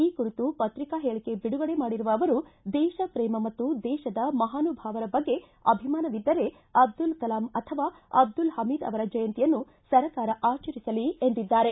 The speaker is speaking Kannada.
ಈ ಕುರಿತು ಪತ್ರಿಕಾ ಹೇಳಕೆ ಬಿಡುಗಡೆ ಮಾಡಿರುವ ಅವರು ದೇಶಪ್ರೇಮ ಮತ್ತು ದೇಶದ ಮಹಾನುಭಾವರ ಬಗ್ಗೆ ಅಭಿಮಾನವಿದ್ದರೆ ಅಬ್ದುಲ್ ಕಲಾಂ ಅಥವಾ ಅಬ್ದುಲ್ ಹಮೀದ್ ಅವರ ಜಯಂತಿಯನ್ನು ಸರ್ಕಾರ ಆಚರಿಸಲಿ ಎಂದಿದ್ದಾರೆ